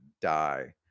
die